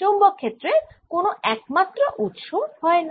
চৌম্বক ক্ষেত্রের কোন একমাত্র উৎস হয়না